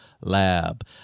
Lab